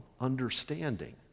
understanding